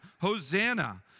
Hosanna